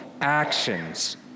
actions